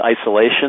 isolation